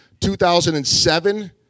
2007